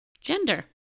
Gender